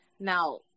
Now